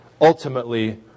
ultimately